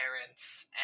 parents